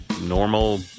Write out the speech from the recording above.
normal